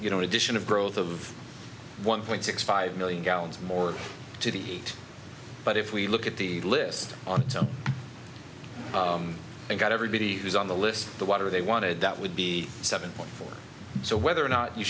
you know addition of growth of one point six five million gallons more to the heat but if we look at the list on and got everybody who's on the list the water they wanted that would be seven point four so whether or not you